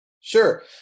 Sure